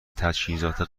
تجهیزات